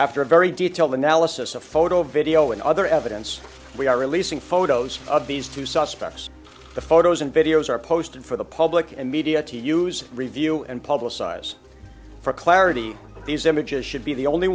after a very detailed analysis a photo video and other evidence we are releasing photos of these two suspects the photos and videos are posted for the public and media to use review and publicize for clarity these images should be the only